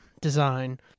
design